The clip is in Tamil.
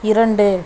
இரண்டு